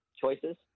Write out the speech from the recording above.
choices